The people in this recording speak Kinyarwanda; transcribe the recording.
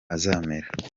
hazamera